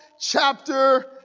chapter